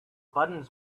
buttons